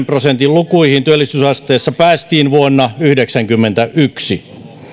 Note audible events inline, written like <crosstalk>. <unintelligible> prosentin lukuihin työllisyysasteessa päästiin vuonna yhdeksänkymmentäyksi